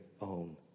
own